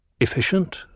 Efficient